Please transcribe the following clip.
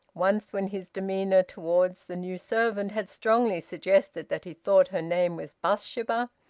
once, when his demeanour towards the new servant had strongly suggested that he thought her name was bathsheba,